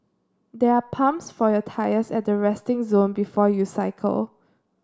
there are pumps for your tyres at the resting zone before you cycle